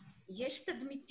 יש תדמית יהודי,